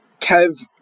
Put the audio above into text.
Kev